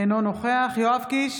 אינו נוכח יואב קיש,